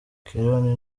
keron